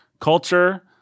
culture